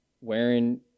wearing